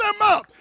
up